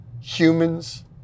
humans